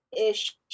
ish